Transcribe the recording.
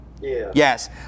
Yes